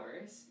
hours